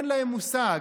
אין להם מושג.